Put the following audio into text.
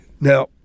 Now